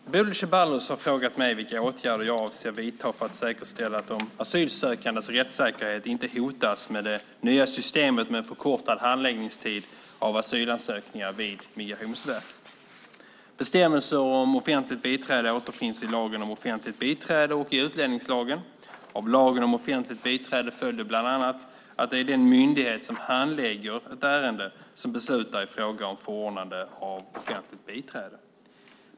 Fru talman! Bodil Ceballos har frågat mig vilka åtgärder jag avser att vidta för att säkerställa att de asylsökandes rättssäkerhet inte hotas med det nya systemet med en förkortad handläggningstid av asylansökningar vid Migrationsverket. Bestämmelser om offentligt biträde återfinns i lagen om offentligt biträde och i utlänningslagen. Av lagen om offentligt biträde följer bland annat att det är den myndighet som handlägger ett ärende som beslutar i fråga om förordnande av offentligt biträde.